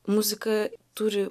muzika turi